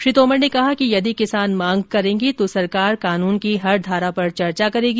श्री तोमर ने कहा कि यदि किसान मांग करेंगे तो सरकार कानून की हर धारा पर चर्चा करेगी